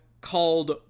called